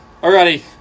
alrighty